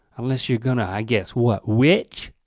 unless you're gonna i guess what, witch?